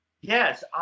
Yes